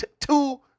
two